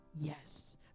Yes